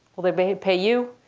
will they pay pay you?